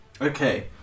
Okay